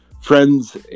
friends